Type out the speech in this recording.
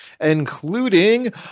including